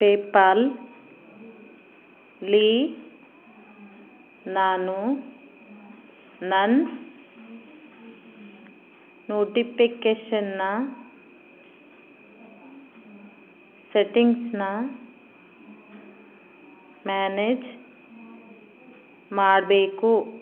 ಪೆಪಾಲಲ್ಲಿ ನಾನು ನನ್ನ ನೋಟಿಪಿಕೇಶನ್ನ ಸೆಟ್ಟಿಂಗ್ಸ್ನ ಮ್ಯಾನೇಜ್ ಮಾಡಬೇಕು